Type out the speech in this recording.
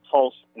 Pulse